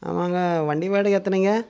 ஆமாம்ங்க வண்டி வாடகை எத்தனைங்க